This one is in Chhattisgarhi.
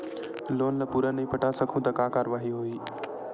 लोन ला पूरा नई पटा सकहुं का कारवाही होही?